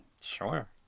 Sure